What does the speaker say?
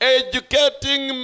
educating